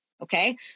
okay